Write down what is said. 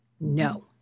No